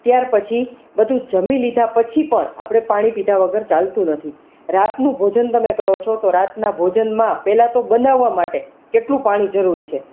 ત્યાર પછી બધુ જમી લીધા પછી પણ આપણે પાણી પીધા વગર ચાલતું નથી રાતનું ભોજન તમે કરો છો તો રાતના ભોજનમાં પહેલા તો બનાવવા માટે કેટલું પાણી જરૂરી છે